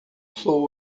sou